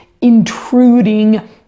intruding